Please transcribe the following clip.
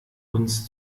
uns